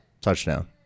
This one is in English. touchdown